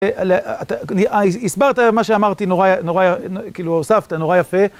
אתה הסברת מה שאמרתי נורא, כאילו הוספת, נורא יפה.